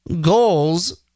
Goals